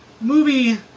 movie